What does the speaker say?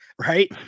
right